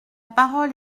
parole